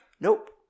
nope